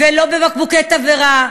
ולא בבקבוקי תבערה,